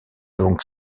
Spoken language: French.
donc